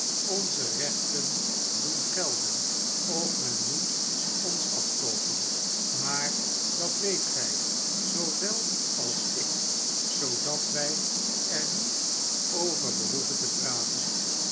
onze rechten doen gelden of men moet ons afkoopen maar dat weet gij zoowel als ik zoodat wij er niet over behoeven te praten